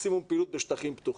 מקסימום פעילות בשטחים פתוחים,